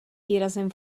výrazem